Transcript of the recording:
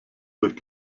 durch